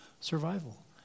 survival